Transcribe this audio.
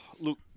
look